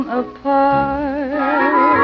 apart